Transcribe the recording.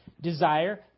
Desire